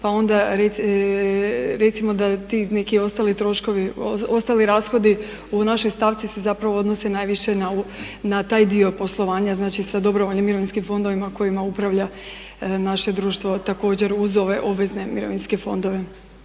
pa onda recimo da ti neki ostali troškovi, ostali rashodi u našoj stavci se zapravo odnose najviše na taj dio poslovanja, znači sa dobrovoljnim mirovinskim fondovima kojima upravlja naše društvo također uz ove obvezne mirovinske fondove.